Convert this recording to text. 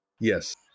Yes